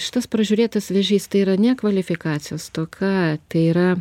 šitas pražiūrėtas vėžys tai yra ne kvalifikacijos stoka tai yra